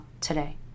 today